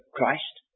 Christ